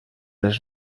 les